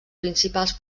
principals